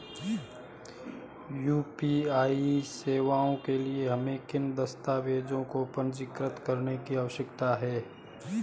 UPI सेवाओं के लिए हमें किन दस्तावेज़ों को पंजीकृत करने की आवश्यकता है?